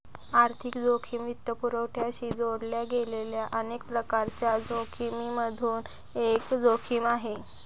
आर्थिक जोखिम वित्तपुरवठ्याशी जोडल्या गेलेल्या अनेक प्रकारांच्या जोखिमिमधून एक जोखिम आहे